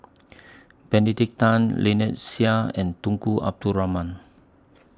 Benedict Tan Lynnette Seah and Tunku Abdul Rahman